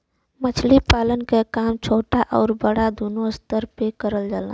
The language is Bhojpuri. मछली पालन क काम छोटा आउर बड़ा दूनो स्तर पे करल जाला